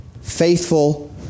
faithful